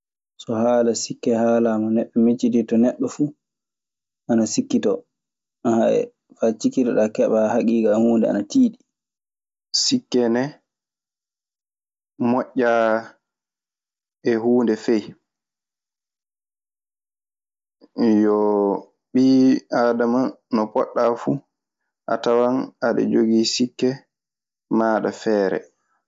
So haala sikke haalaama, neɗɗo miccitinto neɗɗo fu ana sikkito, haya faa cikkitoɗa fa keɓa hakika e hunɗe ana tiiɗi. Sikke nee moƴƴaa e huunde fey. Eyyoo. Ɓii aadama no potɗaa fu, a tawan aɗe jogii sikke maaɗa feere.